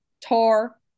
Tar